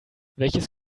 welches